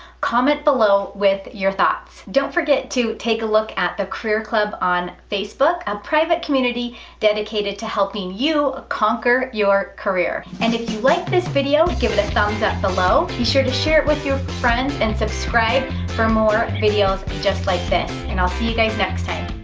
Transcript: comment below with your thoughts. don't forget to take a look at the career club on facebook, a private community dedicated to helping you ah conquer your career. and if you like this video, give it a thumbs up below, be sure to share it with your friends and subscribe for more videos just like this. and i'll see you guys next time!